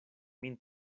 min